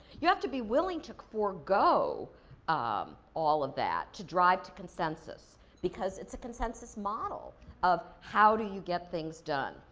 you have to be willing to forego um all of that to drive to consensus because it's a consensus model of how do you get things done.